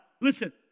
Listen